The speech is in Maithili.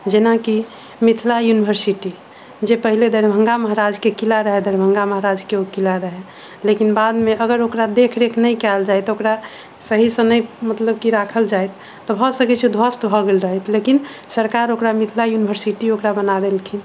जेनाकि मिथिला यूनिवर्सिटी जे पहिले दरभङ्गा महराजके किला रहै दरभङ्गा महराजके ओ किला रहै लेकिन बादमे अगर ओकरा देखरेख नहि कयल जाइ तऽ ओकरा सही समय कि मतलब राखल जाइ तऽ भए सकैत छै ध्वस्त भए गेल रहति लेकिन सरकार ओकरा मिथिला यूनिवर्सिटी ओकरा बना देलखिन